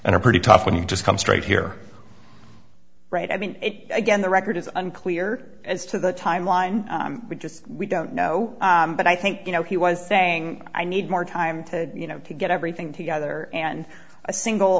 are pretty tough when you just come straight here right i mean it again the record is unclear as to the timeline we just we don't know but i think you know he was saying i need more time to you know to get everything together and a single